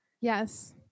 yes